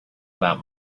about